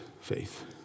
faith